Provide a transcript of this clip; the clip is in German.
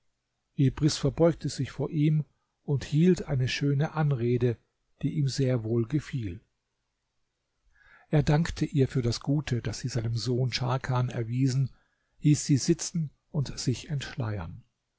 verbeugte sich vor ihm und hielt eine schöne anrede die ihm sehr wohl gefiel er dankte ihr für das gute das sie seinem sohn scharkan erwiesen hieß sie sitzen und sich entschleiern